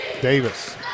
Davis